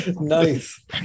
nice